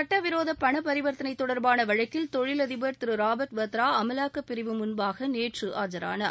சட்டவிரோத பண பரிவர்த்தனை தொடர்பான வழக்கில் தொழிலதிபர் திரு ராபாட் வத்ரா அமலாக்கப் பிரிவு முன்பாக நேற்று ஆஜரானார்